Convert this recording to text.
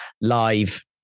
live